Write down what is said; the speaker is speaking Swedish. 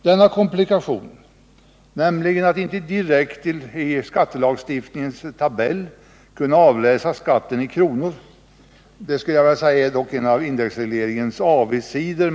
Denna komplikation — nämligen att man inte direkt i lagstiftningens skattetabell kan avläsa skatten i kronor — är en av indexregleringens avigsidor.